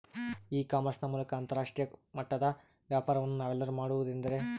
E commerce ನ ಮೂಲಕ ಅಂತರಾಷ್ಟ್ರೇಯ ಮಟ್ಟದ ವ್ಯಾಪಾರವನ್ನು ನಾವೆಲ್ಲರೂ ಮಾಡುವುದೆಂದರೆ?